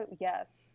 yes